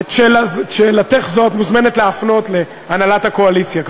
עוד כמה זמן אנחנו,